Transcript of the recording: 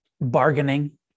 bargaining